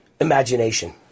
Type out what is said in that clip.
imagination